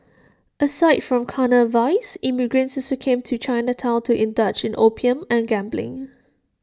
aside from carnal vice immigrants also came to Chinatown to indulge in opium and gambling